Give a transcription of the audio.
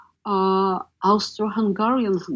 Austro-Hungarian